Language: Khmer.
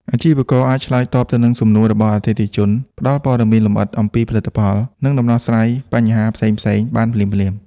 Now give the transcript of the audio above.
អាជីវករអាចឆ្លើយតបទៅនឹងសំណួររបស់អតិថិជន ផ្ដល់ព័ត៌មានលម្អិតអំពីផលិតផល និងដោះស្រាយបញ្ហាផ្សេងៗបានភ្លាមៗ។